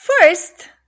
First